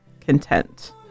content